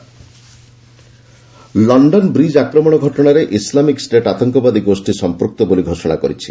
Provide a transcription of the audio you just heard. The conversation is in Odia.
ଲଣ୍ଡନ ଆଟାକ୍ ଲଣ୍ଡନ ବ୍ରିଜ୍ ଆକ୍ରମଣ ଘଟଣାରେ ଇସ୍ଲାମିକ୍ ଷ୍ଟେଟ୍ ଆତଙ୍କବାଦୀ ଗୋଷ୍ଠୀ ସମ୍ପୃକ୍ତ ବୋଲି ଘୋଷଣା କରିଛି